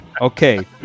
okay